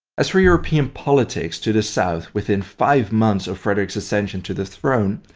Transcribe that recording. as for european politics, to the south within five months of frederick's ascension to the throne,